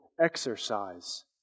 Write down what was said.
exercise